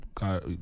God